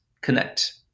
connect